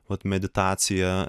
avt meditacija